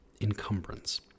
encumbrance